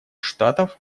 штатов